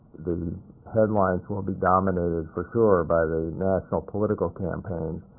the headlines will be dominated for sure by the national political campaigns,